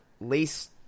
least